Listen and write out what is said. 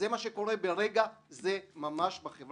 ולכן המסקנה הפשוטה והלוגית היחידה מכל מה שאמרתי עד עכשיו היא שהחוק